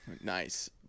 Nice